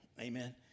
Amen